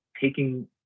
taking